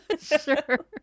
sure